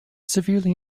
severely